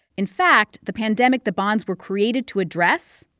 in fact, the pandemic the bonds were created to address,